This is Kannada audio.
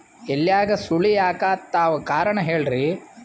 ಎಲ್ಯಾಗ ಸುಳಿ ಯಾಕಾತ್ತಾವ ಕಾರಣ ಹೇಳ್ರಿ?